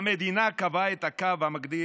המדינה קבעה את הקו המגדיר,